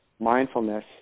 mindfulness